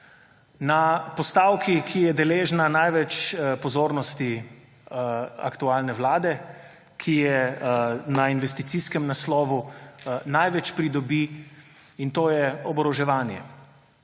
Na postavki, ki je deležna največ pozornosti aktualne vlade, ki na investicijskem naslovu največ pridobi, in to je oboroževanje.